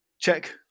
Check